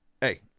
hey